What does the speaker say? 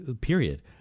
Period